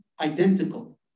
identical